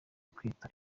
kwitwa